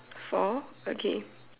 four okay